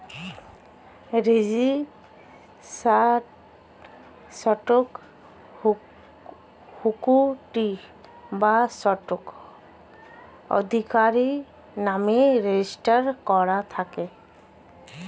registered stock equity বা stock আধিকারির নামে রেজিস্টার করা থাকে